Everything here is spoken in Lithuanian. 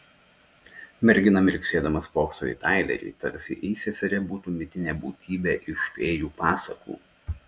mergina mirksėdama spokso į tailerį tarsi įseserė būtų mitinė būtybė iš fėjų pasakų